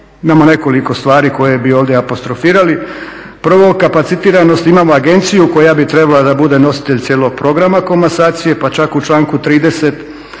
imamo nekoliko stvari koje bi ovdje apostrofirali, prvo kapacitiranost, imamo agenciju koja bi trebala da bude nositelj cijelog programa komasacije pa čak u članku 30.